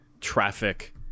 traffic